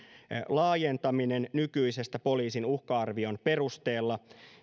laajentamisen nykyisestä poliisin uhka arvion perusteella